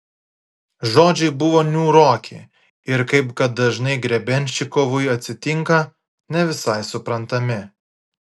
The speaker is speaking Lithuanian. žodžiai buvo niūroki ir kaip kad dažnai grebenščikovui atsitinka ne visai suprantami